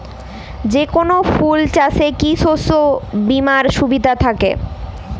যেকোন ফুল চাষে কি শস্য বিমার সুবিধা থাকে?